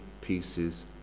pieces